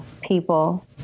people